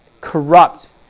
corrupt